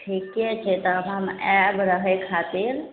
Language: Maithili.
ठीके छै तब हम आयब रहय खातिर